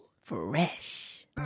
Fresh